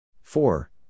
Four